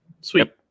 Sweet